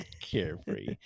carefree